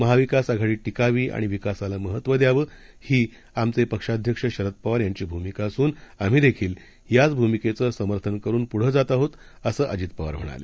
महाविकासआघाडीटिकावीआणिविकासालामहत्वद्यावं हीआमचेपक्षाध्यक्षशरदपवारयांचीभूमिकाअसूनआम्हीदेखीलयाचभूमिकेचंसमर्थनकरुनपुढेजातआहोत असंअजितपवारम्हणाले